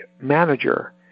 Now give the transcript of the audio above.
manager